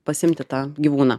pasiimti tą gyvūną